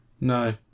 No